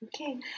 Okay